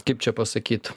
kaip čia pasakyt